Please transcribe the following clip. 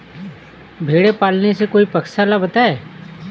भेड़े पालने से कोई पक्षाला बताएं?